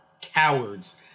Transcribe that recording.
cowards